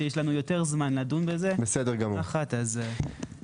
כשיש לנו יותר זמן לדון בזה בנחת --- בסדר גמור.